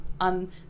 on